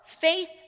faith